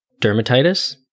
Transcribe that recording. dermatitis